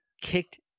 kicked